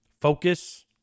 focus